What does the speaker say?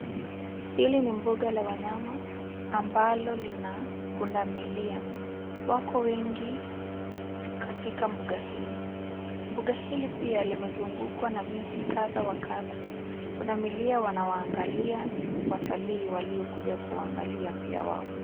Hili ni mbuga la wanyama ambalo lina pundamilia. Wako wengi katika mbuga hili. Mbuga hili pia limezungukwa na miti kadha wa kadha. Pundamilia wanawaangalia watalii waliokuja kuwangalia pia wao.